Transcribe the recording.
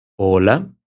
hola